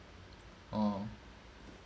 oh